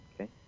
okay